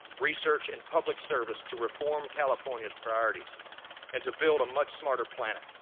research, and public service to reform california's priorities and to build a much smarter planet.